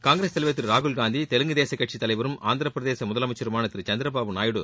காங்கிரஸ் தலைவர் திரு ராகுல்காந்தி தெலுங்கு தேச கட்சித் தலைவரும் ஆந்திர பிரதேச முதலமைச்சருமான திரு சந்திரபாபு நாயுடு